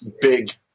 big